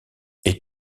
est